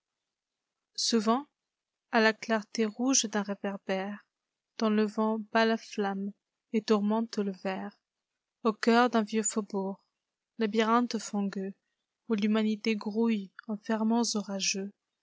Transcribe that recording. souvent à la clarté rouge d'un réverbèredont le vent bat la flamme et tourmente le verre au cœur d'un vieux faubourg labyrinthe fangeuxoù l'humanité grouille en ferments orageux